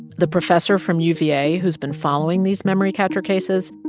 the professor from uva who's been following these memory catcher cases,